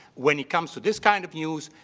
when it comes to this kind of news,